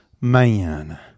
man